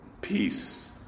Peace